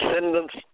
descendants